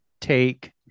take